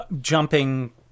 jumping